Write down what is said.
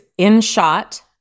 InShot